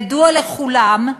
ידוע לכולם,